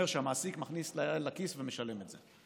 שהמעסיק מכניס את היד לכיס ומשלם את זה.